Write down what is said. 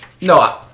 No